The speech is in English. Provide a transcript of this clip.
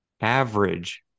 average